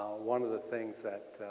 one of the things that